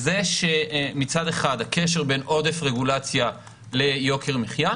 מצד אחד הקשר בין רגולציה ליוקר המחיה,